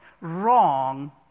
wrong